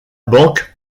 banque